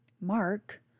Mark